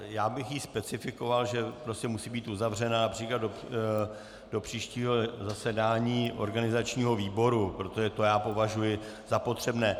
Já bych ji specifikoval, že prostě musí být uzavřena například do příštího zasedání organizačního výboru, protože to já považuji za potřebné.